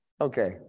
Okay